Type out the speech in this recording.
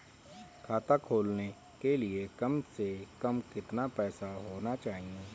खाता खोलने के लिए कम से कम कितना पैसा होना चाहिए?